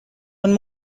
one